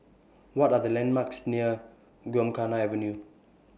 What Are The landmarks near Gymkhana Avenue